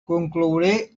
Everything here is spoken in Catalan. conclouré